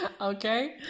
Okay